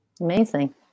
amazing